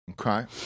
Okay